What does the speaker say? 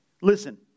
listen